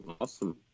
awesome